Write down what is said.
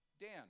Dan